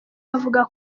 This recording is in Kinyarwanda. avuga